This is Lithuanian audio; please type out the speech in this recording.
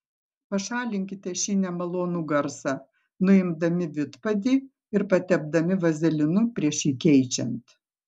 pašalinkite šį nemalonų garsą nuimdami vidpadį ir patepdami vazelinu prieš jį keičiant